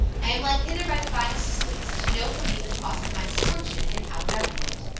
i am led hither by divine assistance, to know from you the cause of my misfortune and how to remedy it.